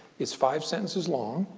it's five sentences long,